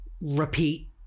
repeat